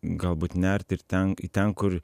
galbūt nerti ir ten į ten kur